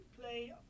play